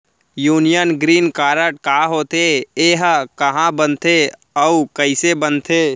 Union green card का होथे, एहा कहाँ बनथे अऊ कइसे बनथे?